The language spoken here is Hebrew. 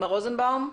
מר רוזנבאום,